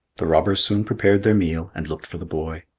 the robbers soon prepared their meal, and looked for the boy.